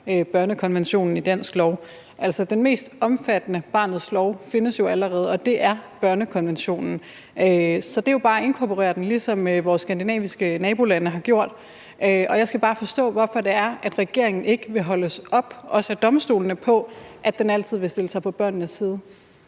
børnekonventionen i dansk lov. Altså, den mest omfattende barnets lov findes jo allerede, og det er børnekonventionen. Så det er jo bare at inkorporere den, ligesom vores skandinaviske nabolande har gjort. Jeg skal bare forstå, hvorfor det er, at regeringen ikke vil holdes op på – heller ikke af domstolene – at den altid vil stille sig på børnenes side.